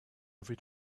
every